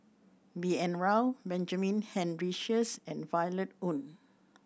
B N Rao Benjamin Henry Sheares and Violet Oon